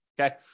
Okay